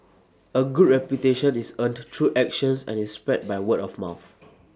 A good reputation is earned to through actions and is spread by word of mouth